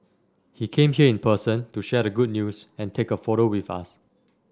he came here in person to share the good news and take a photo with us